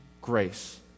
grace